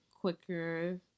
quicker